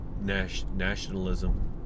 nationalism